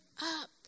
up